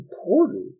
important